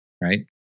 right